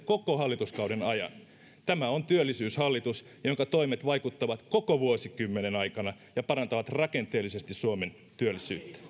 koko hallituskauden ajan tämä on työllisyyshallitus jonka toimet vaikuttavat koko vuosikymmenen aikana ja parantavat rakenteellisesti suomen työllisyyttä